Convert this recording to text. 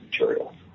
material